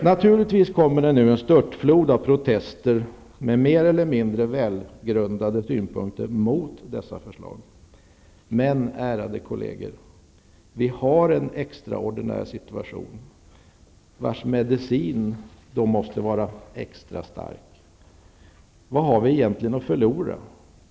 Naturligtvis kommer nu en störtflod av protester med mer eller mindre välgrundade synpunkter mot dessa förslag, men ärade kolleger, vi har en extraordinär situation vars medicin då måste vara extra stark. Vad har vi egentligen att förlora?